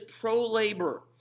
pro-labor